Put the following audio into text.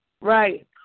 Right